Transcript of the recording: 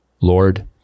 Lord